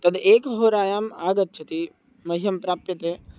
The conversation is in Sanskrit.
तद् एकहोरायाम् आगच्छति मह्यं प्राप्यते